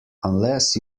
unless